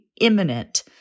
imminent